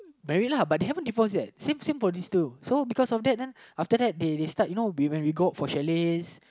married lah but they haven't divorce yet same same for this two so because of that then after that they they start you know we when we go out for chalets